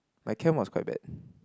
my chem was quite bad